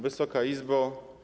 Wysoka Izbo!